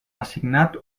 assignat